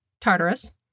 Tartarus